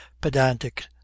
pedantic